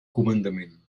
comandament